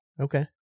Okay